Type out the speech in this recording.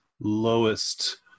lowest